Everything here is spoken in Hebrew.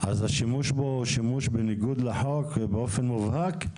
אז השימוש בו הוא שימוש בניגוד לחוק באופן מובהק?